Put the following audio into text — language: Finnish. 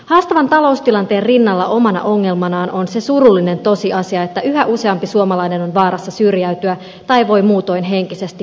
haastavan taloustilanteen rinnalla omana ongelmanaan on se surullinen tosiasia että yhä useampi suomalainen on vaarassa syrjäytyä tai voi muutoin henkisesti pahoin